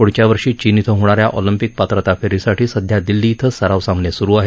पुढच्या वर्षी चीन इथं होणाऱ्या ऑलम्पिक पात्रता फेरीसाठी सध्या दिल्ली इथं सराव सामने सुरु आहेत